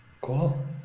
Cool